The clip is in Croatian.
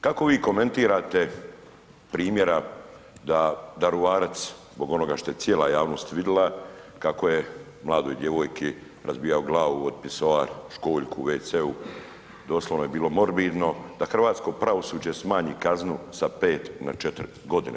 Kako vi komentirate primjera da Daruvarac zbog onoga što je cijela javnost vidla kako je mladoj djevojki razbijao glavu od pisoar, školjku u WC-u, doslovno je bilo morbidno, da hrvatsko pravosuđe smanji kaznu sa 5 na 4 godine.